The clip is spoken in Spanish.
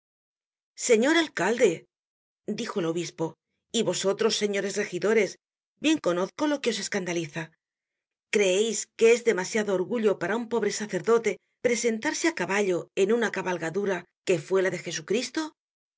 señor alcalde dijo el obispo y vosotros señores regidores bien conozco lo que os escandaliza creeis que es demasiado orgullo en un po bre sacerdote presentarse á caballo en una cabalgadura que fue la de jesucristo